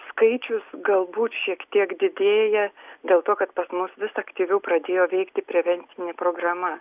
skaičius galbūt šiek tiek didėja dėl to kad pas mus vis aktyviau pradėjo veikti prevencinė programa